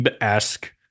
esque